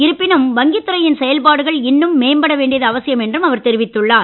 இருப்பினும் வங்கித் துறையின் செயல்பாடுகள் இன்னும் மேம்பட வேண்டியது அவசியம் என்று அவர் தெரிவித்துள்ளார்